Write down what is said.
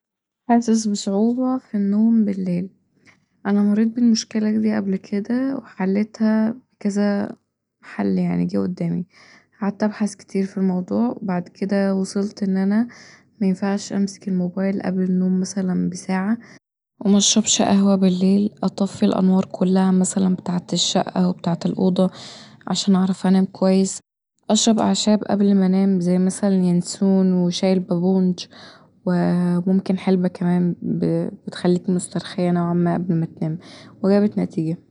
حاسس بصعوبة في النوم بليل انا مريت بالمشكلة دي قبل كدا وحليتها بكذا حل يعني جه قدامي قعدت ابحث كتير في الموضوع بعد كدا وصلت ان انا مينفعش أمسك الموبايل قبل النوم مثلا بساعة ومشربش قهوة بليل أطفي الانوار كلها مثلا بتاعة الشقه وبتاعة الأوضه عشان اعرف انام كويس أشرب اعشاب قبل ما انام زي مثلا ينسون وشاي البابونج وممكن حلبه كمان بتخليكي مسترخيه نوعا ما قبل ما تنامي وجابت نتيجة